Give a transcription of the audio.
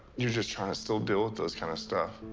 you're just trying to still deal with those kind of stuff.